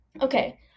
Okay